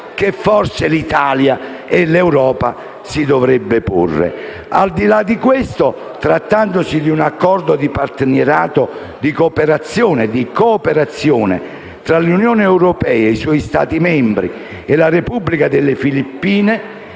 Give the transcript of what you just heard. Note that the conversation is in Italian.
che forse l'Italia e l'Europa si dovrebbero porre. Al di là di questo, si tratta di un accordo di partenariato e di cooperazione tra l'Unione europea, i suoi Stati membri e la Repubblica delle Filippine